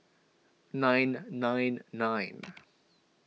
nine nine nine